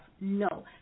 No